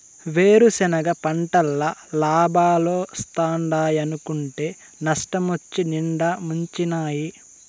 వేరుసెనగ పంటల్ల లాబాలోస్తాయనుకుంటే నష్టమొచ్చి నిండా ముంచినాయి